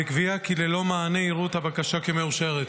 וקביעה כי ללא מענה יראו את הבקשה כמאושרת.